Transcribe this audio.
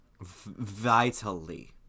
vitally